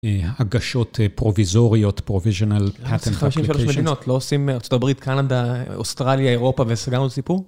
הגשות פרוביזוריות, provisional patent applications. לא עושים ארה״ב, קנדה, אוסטרליה, אירופה וסגרנו את הסיפור?